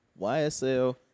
YSL